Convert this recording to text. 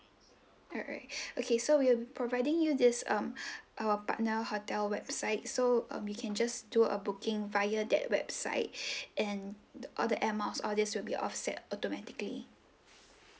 alright okay so we'll be providing you this um our partner hotel website so um you can just do a booking via that website and all the other air miles all these will be offset automatically